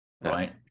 right